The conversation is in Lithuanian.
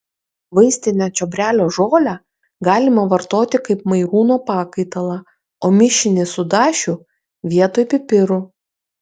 vaistinio čiobrelio žolę galima vartoti kaip mairūno pakaitalą o mišinį su dašiu vietoj pipirų